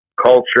culture